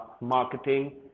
marketing